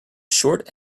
short